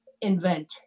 invent